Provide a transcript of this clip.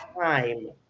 time